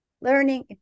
Learning